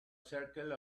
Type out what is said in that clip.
circle